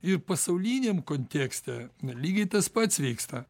ir pasauliniam kontekste lygiai tas pats vyksta